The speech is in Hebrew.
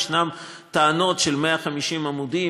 יש טענות של 150 עמודים,